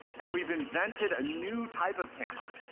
and we've invented a new type of camera,